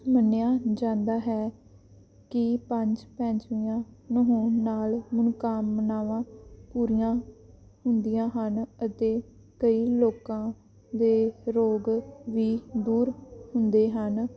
ਮੰਨਿਆ ਜਾਂਦਾ ਹੈ ਕਿ ਪੰਜ ਪੰਚਵੀਂਆਂ ਨਹਾਉਣ ਨਾਲ ਮਨੋਕਾਮਨਾਵਾਂ ਪੂਰੀਆਂ ਹੁੰਦੀਆਂ ਹਨ ਅਤੇ ਕਈ ਲੋਕਾਂ ਦੇ ਰੋਗ ਵੀ ਦੂਰ ਹੁੰਦੇ ਹਨ